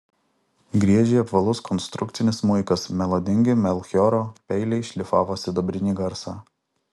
griežė apvalus konstrukcinis smuikas melodingi melchioro peiliai šlifavo sidabrinį garsą